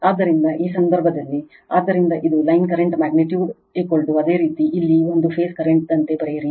ಆದ್ದರಿಂದ ಈ ಸಂದರ್ಭದಲ್ಲಿ ಆದ್ದರಿಂದ ಇದು ಲೈನ್ ಕರೆಂಟ್ ಮ್ಯಾಗ್ನಿಟ್ಯೂಡ್ ಅದೇ ರೀತಿ ಇಲ್ಲಿ ಒಂದು ಫೇಸ್ ಕರೆಂಟ್ ದಂತೆ ಬರೆಯಿರಿ